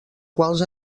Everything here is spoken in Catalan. quals